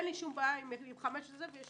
אין לי שום בעיה חמש הזה ועם